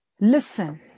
listen